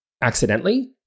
accidentally